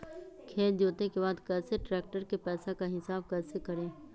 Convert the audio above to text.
खेत जोते के बाद कैसे ट्रैक्टर के पैसा का हिसाब कैसे करें?